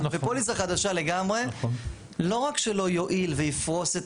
זו פוליסה חדשה לגמרי - לא רק שלא יועיל ויפרוש,